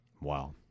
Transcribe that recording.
Wow